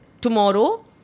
Tomorrow